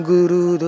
Guru